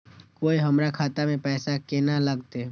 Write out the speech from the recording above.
कोय हमरा खाता में पैसा केना लगते?